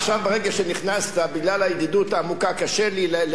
בגלל הידידות העמוקה קשה לי להתבטא פעם נוספת.